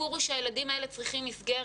הסיפור הוא שהילדים האלה צריכים מסגרת.